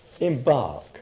embark